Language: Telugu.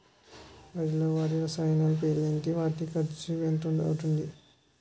వరిలో వాడే రసాయనాలు పేర్లు ఏంటి? వాటి ఖర్చు ఎంత అవతుంది?